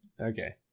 Okay